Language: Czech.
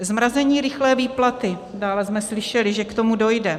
Zmrazení rychlé výplaty dále jsme slyšeli, že k tomu dojde.